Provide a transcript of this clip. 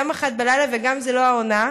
גם 01:00 וגם זה לא העונה.